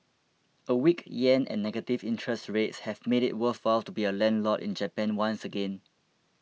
a weak yen and negative interest rates have made it worthwhile to be a landlord in Japan once again